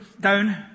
down